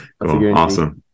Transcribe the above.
Awesome